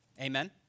Amen